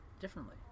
differently